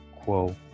Quo